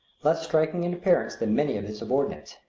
less striking in appearance than many of his subordinates.